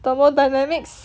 double dynamics